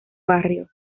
barrio